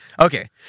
Okay